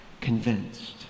convinced